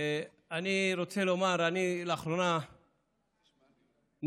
אני רוצה לומר שאני לאחרונה נדרש,